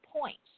points